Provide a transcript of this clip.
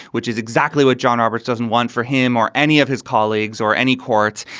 which is exactly what john roberts doesn't want for him or any of his colleagues or any courts.